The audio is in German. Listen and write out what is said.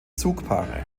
zugpaare